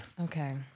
Okay